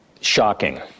Shocking